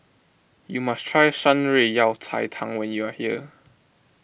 you must try Shan Rui Yao Cai Tang when you are here